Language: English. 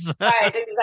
Right